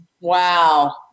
Wow